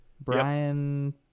Brian